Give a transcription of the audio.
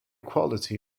quality